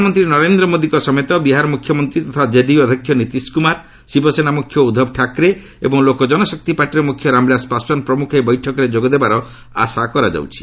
ପ୍ରଧାନମନ୍ତ୍ରୀ ନରେନ୍ଦ୍ର ମୋଦିଙ୍କ ସମେତ ବିହାର ମୁଖ୍ୟମନ୍ତ୍ରୀ ତଥା କ୍କେଡିୟୁ ଅଧ୍ୟକ୍ଷ ନୀତିଶ କୁମାର ଶିବସେନା ମୁଖ୍ୟ ଉଦ୍ଧବ ଠାକରେ ଏବଂ ଲୋକ୍ ଜନଶକ୍ତି ପାର୍ଟିର ମୁଖ୍ୟ ରାମବିଳାଶ ପାଶଓ୍ୱାନ ପ୍ରମୁଖ ଏହି ବୈଠକରେ ଯୋଗ ଦେବାର ଆଶା କରାଯାଉଛି